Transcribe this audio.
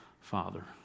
Father